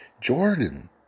Jordan